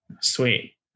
Sweet